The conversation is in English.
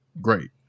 great